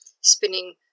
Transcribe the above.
spinning